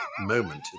moment